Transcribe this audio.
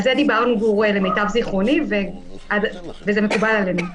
גור, על זה דיברנו למיטב זכרוני וזה מקובל עלינו.